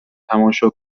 تماشا